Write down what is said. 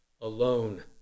alone